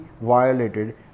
violated